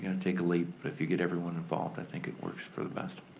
and take a leap, but if you get everyone involved, i think it works for the best.